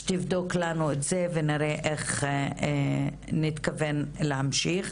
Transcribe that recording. שתבדוק לנו את זה ונראה איך נתכוון להמשיך.